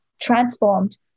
transformed